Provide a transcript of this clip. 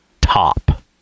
top